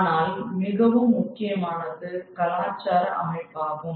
ஆனால் மிகவும் முக்கியமானது கலாச்சார அமைப்பாகும்